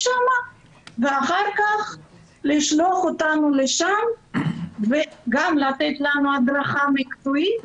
ואחר כך לשלוח אותנו לשם וגם לתת לנו הדרכה מקצועית